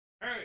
Hey